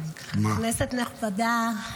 כנסת נכבדה,